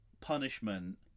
punishment